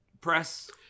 press